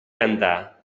cantar